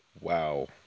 Wow